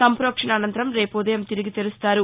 సంప్రోక్షణ అనంతరం రేపు ఉదయం తిరిగి తెరుస్తారు